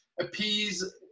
appease